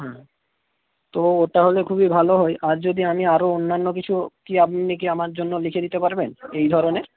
হুম তো ওটা হলে খুবই ভালো হয় আর যদি আমি আরও অন্যান্য কিছু কি আপনি কি আমার জন্য লিখে দিতে পারবেন এই ধরনের